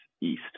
east